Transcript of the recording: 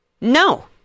No